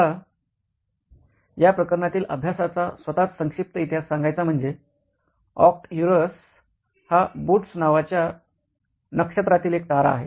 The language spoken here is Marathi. आता या प्रकरणातील अभ्यासाचा स्वतःच संक्षिप्त इतिहास सांगायचा म्हणजे आर्क्ट्युरस हा बूट्स नावाच्या नक्षत्रा तील एक तारा आहे